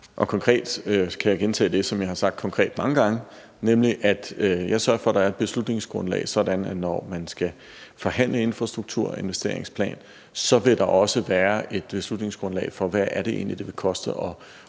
Konkret kan jeg gentage det, som jeg har sagt konkret mange gange, nemlig at jeg sørger for, at der er et beslutningsgrundlag, sådan at der, når man skal forhandle infrastrukturinvesteringsplan, også vil være et beslutningsgrundlag, der viser, hvad det egentlig vil koste at få